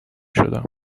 شدم